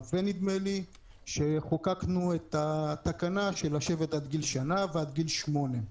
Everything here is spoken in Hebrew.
אז חוקקנו את התקנה של ישיבה עד גיל שנה ועד גיל שמונה.